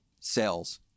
sales